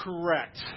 correct